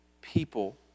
people